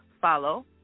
follow